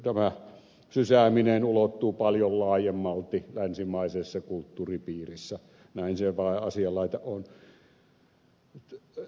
tämä sysääminen ulottuu paljon laajemmalti länsimaiseen kulttuuripiiriin näin se vain asian laita on